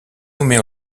nommée